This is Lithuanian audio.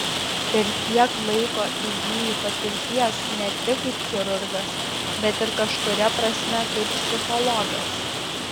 per tiek laiko įgyji patirties ne tik kaip chirurgas bet ir kažkuria prasme kaip psichologas